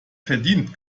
verdient